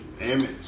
image